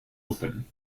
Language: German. open